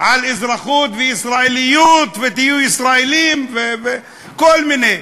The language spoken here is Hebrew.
על אזרחות וישראליות, ותהיו ישראלים, וכל מיני,